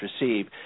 receive